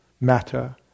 matter